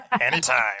anytime